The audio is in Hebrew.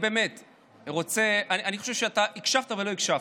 אני חושב שאתה הקשבת ולא הקשבת.